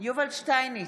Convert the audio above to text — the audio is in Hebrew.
יובל שטייניץ,